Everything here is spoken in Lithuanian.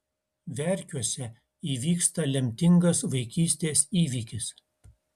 verkiuose įvyksta lemtingas vaikystės įvykis